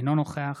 אינו נוכח